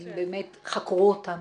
האם באמת חקרו אותם.